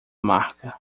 marca